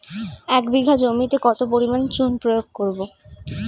এক বিঘা জমিতে কত পরিমাণ চুন প্রয়োগ করব?